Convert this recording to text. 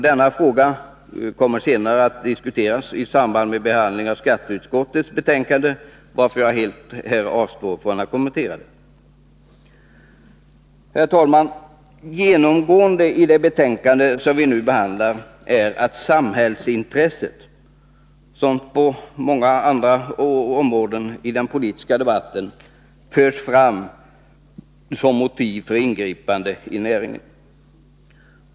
Denna fråga kommer senare att diskuteras i samband med behandlingen av skatteutskottets betänkande, varför jag här helt avstår från att kommentera den. Herr talman! Genomgående i det betänkande som vi nu behandlar är att samhällsintresset, som på så många andra områden i den politiska debatten, förs fram som motiv för ingripande i näringen.